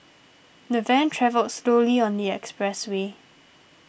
the van travelled slowly on the expressway